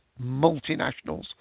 multinationals